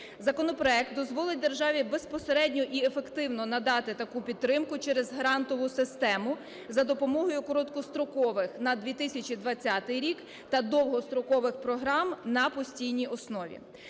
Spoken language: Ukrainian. Законопроект дозволить державі безпосередньо і ефективно надати таку підтримку через грантову систему за допомогою короткострокових, на 2020 рік, та довгострокових програм на постійній основі.